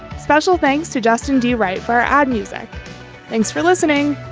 special thanks to justin d right for our ad music thanks for listening